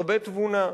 הרבה תבונה.